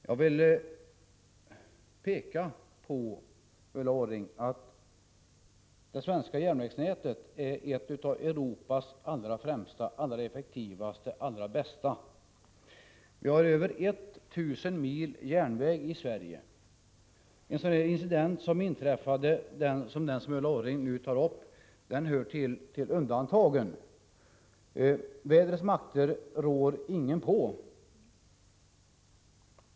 Jag vill framhålla, Ulla Orring, att det svenska järnvägsnätet är ett av Europas allra främsta, allra effektivaste och allra bästa. Vi har över 1 000 mil järnväg i Sverige. Den incident som Ulla Orring nu tar upp hör till undantagen. Vädrets makter rår ingen på!